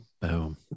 boom